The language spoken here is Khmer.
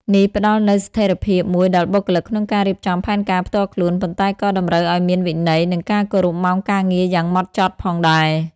នេះផ្តល់នូវស្ថេរភាពមួយដល់បុគ្គលិកក្នុងការរៀបចំផែនការផ្ទាល់ខ្លួន ប៉ុន្តែក៏តម្រូវឱ្យមានវិន័យ និងការគោរពម៉ោងការងារយ៉ាងម៉ត់ចត់ផងដែរ។